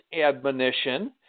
admonition